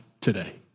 today